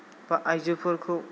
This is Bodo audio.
बा आयजोफोरखौ